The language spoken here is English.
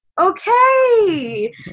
okay